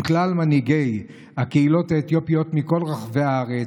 עם כלל מנהיגי הקהילות האתיופיות מכל רחבי הארץ,